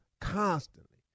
constantly